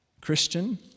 Christian